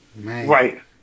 Right